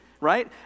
right